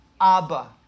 Abba